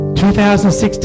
2016